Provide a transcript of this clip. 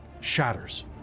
shatters